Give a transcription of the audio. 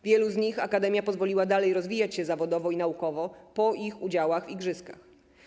Wielu z nich akademia pozwoliła dalej rozwijać się zawodowo i naukowo po ich udziałach w igrzyskach.